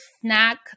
snack